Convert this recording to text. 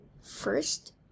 First